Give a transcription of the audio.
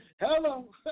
Hello